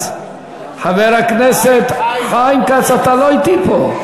חבר הכנסת חיים כץ, אתה לא אתי פה.